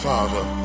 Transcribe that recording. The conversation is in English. Father